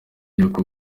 uko